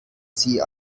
sie